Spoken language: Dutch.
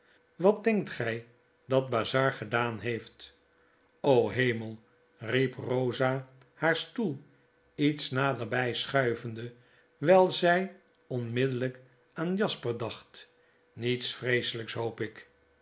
wat denkt gy dat bazzard gedaan heeft hemel riep eosa haar stoel lets naderby schuivende wyl zij onmiddellyk aan jasper dacht niets vreeselyks hoop ik